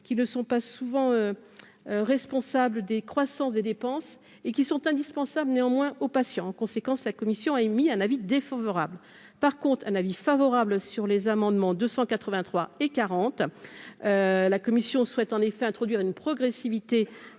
qui ne sont pas souvent responsable des croissance des dépenses et qui sont indispensables néanmoins aux patients en conséquence, la commission a émis un avis défavorable, par contre, un avis favorable sur les amendements 283 et quarante la commission souhaite en effet introduire une progressivité